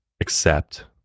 accept